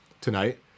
tonight